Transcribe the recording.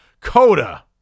Coda